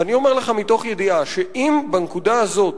ואני אומר לך מתוך ידיעה, שאם בנקודה הזאת